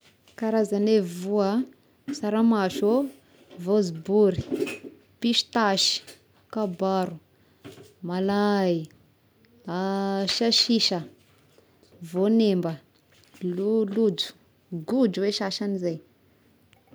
Karazagne voa ah: saramaso oh, vônzobory, pistache, kabaro, malahay, siasisa, vônemba, lo-lojo godro hoe sasany zay.